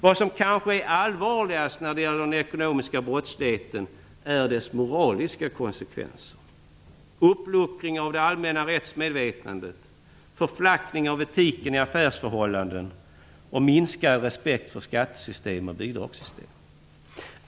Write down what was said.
Det kanske allvarligaste med den ekonomiska brottsligheten är dess moraliska konsekvenser - uppluckring av det allmänna rättsmedvetandet, förflackning av etiken i affärsförhållanden och minskad respekt för skatte och bidragssystem.